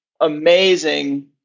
amazing